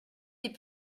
est